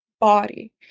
body